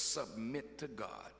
submit to god